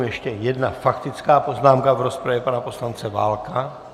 Ještě jedna faktická poznámka v rozpravě, pana poslance Válka.